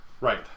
Right